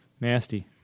Nasty